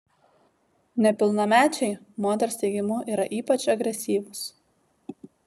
nepilnamečiai moters teigimu yra ypač agresyvūs